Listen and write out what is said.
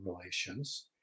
relations